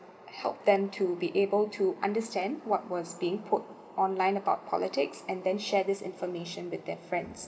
help them to be able to understand what was being put online about politics and then share this information with their friends